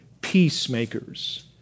peacemakers